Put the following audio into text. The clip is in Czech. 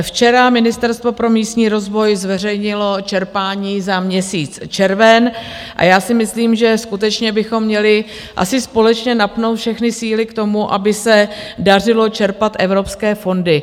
Včera Ministerstvo pro místní rozvoj zveřejnilo čerpání za měsíc červen a já si myslím, že skutečně bychom měli asi společně napnout všechny síly k tomu, aby se dařilo čerpat evropské fondy.